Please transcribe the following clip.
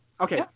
Okay